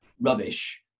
rubbish